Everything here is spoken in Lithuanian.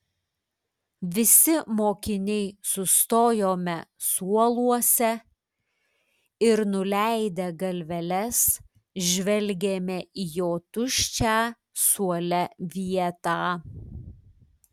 visi mokiniai sustojome suoluose ir nuleidę galveles žvelgėme į jo tuščią suole vietą